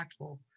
impactful